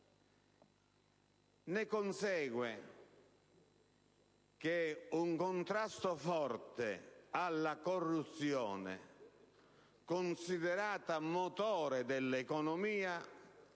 Ne consegue che un contrasto forte alla corruzione, considerata motore dell'economia,